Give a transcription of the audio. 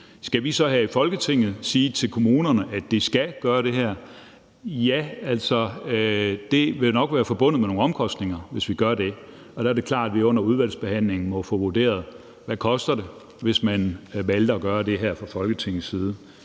Skal vi så her i Folketinget sige til kommunerne, at de skal gøre det her? Ja, det vil jo nok være forbundet med nogle omkostninger, hvis vi gør det, og der er det klart, at vi under udvalgsbehandlingen må få vurderet, hvad det koster, hvis man fra Folketingets side